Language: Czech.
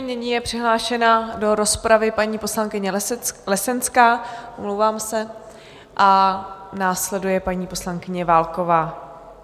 Nyní je přihlášená do rozpravy paní poslankyně Lesecká Lesenská, omlouvám se, a následuje paní poslankyně Válková.